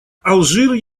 алжир